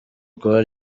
kuba